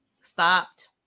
stopped